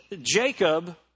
Jacob